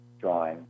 drawing